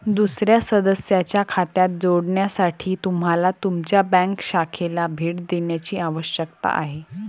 दुसर्या सदस्याच्या खात्यात जोडण्यासाठी तुम्हाला तुमच्या बँक शाखेला भेट देण्याची आवश्यकता आहे